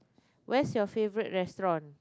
where's your favourite restaurant